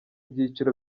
byiciro